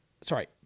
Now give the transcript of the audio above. sorry